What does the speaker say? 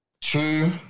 two